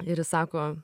ir jis sako